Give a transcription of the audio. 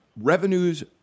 revenues